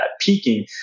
peaking